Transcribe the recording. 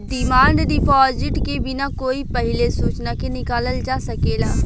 demand deposit के बिना कोई पहिले सूचना के निकालल जा सकेला